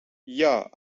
jag